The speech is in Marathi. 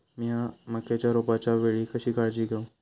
मीया मक्याच्या रोपाच्या वेळी कशी काळजी घेव?